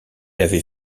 avait